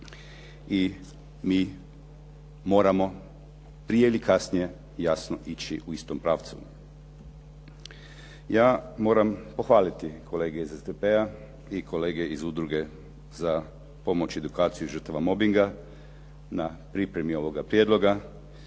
i mi moramo prije ili kasnije jasno ići u istom pravcu. Ja moram pohvaliti kolege iz SDP-a i kolega iz Udruge za pomoći edukaciju žrtava mobinga na pripremi ovoga prijedloga.